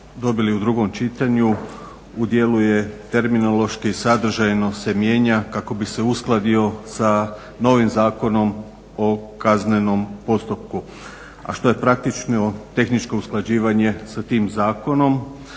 u dijelu je terminološki i sadržajno se mijenja kako bi se uskladio sa novim Zakonom o kaznenom postupku, a što je praktično tehničko usklađivanje sa tim zakonom